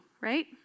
right